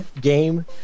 game